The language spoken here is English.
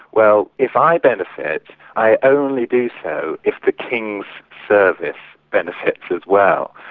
well, if i benefit, i only do so if the king's service benefits as well.